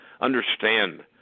understand